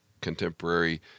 contemporary